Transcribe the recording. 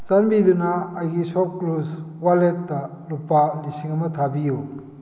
ꯆꯥꯟꯕꯤꯗꯨꯅ ꯑꯩꯒꯤ ꯁꯣꯞꯀ꯭ꯂꯨꯁ ꯋꯥꯂꯦꯠꯇ ꯂꯨꯄꯥ ꯂꯤꯁꯤꯡ ꯑꯃ ꯊꯥꯕꯤꯌꯨ